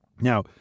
Now